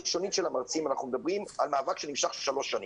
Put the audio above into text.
אנחנו מדברים על מאבק שנמשך 3 שנים.